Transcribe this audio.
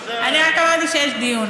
אני אגיד, לא, היא אמרה רק שיש דיון.